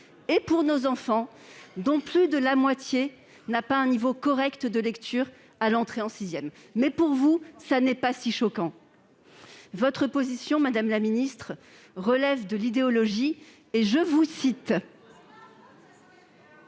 et de nos enfants, dont plus de la moitié n'ont pas un niveau de lecture correct à leur entrée en sixième, mais pour vous, ce n'est pas si choquant. Votre position, madame la ministre, relève de l'idéologie. « Pour moi,